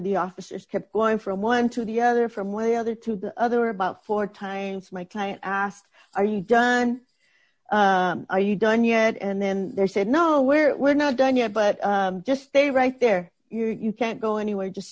the officers kept going from one to the other from way other to the other about four times my client asked are you done are you done yet and then they said no we're we're not done yet but just stay right there you can't go anywhere just